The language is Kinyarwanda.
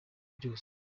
byose